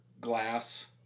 glass